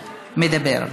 מדבר.